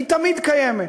היא תמיד קיימת,